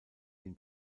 den